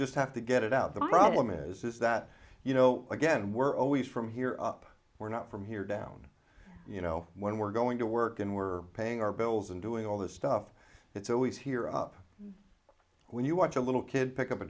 just have to get it out the problem is that you know again we're always from here up we're not from here down you know when we're going to work and we're paying our bills and doing all this stuff it's always here up when you watch a little kid pick up a